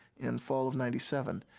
in fall of ninety seven.